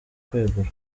kwegura